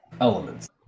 elements